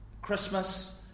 Christmas